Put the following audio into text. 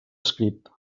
escrit